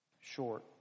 Short